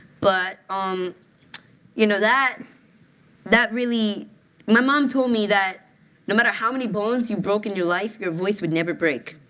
but um you know that that really my mom told me that no matter how many bones you broke in you life, your voice would never break.